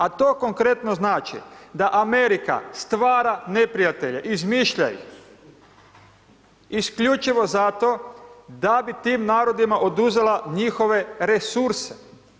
A to konkretno znači da Amerika stvara neprijatelje, izmišlja ih, isključivo za to da bi tim narodima oduzela njihove resurse.